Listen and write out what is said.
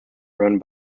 run